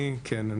אני, כן.